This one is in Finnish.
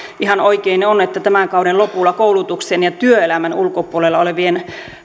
ihan oikein on että tämän kauden lopulla koulutuksen ja työelämän ulkopuolella olevien